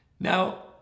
Now